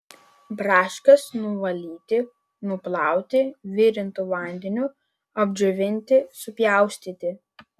braškes nuvalyti nuplauti virintu vandeniu apdžiovinti supjaustyti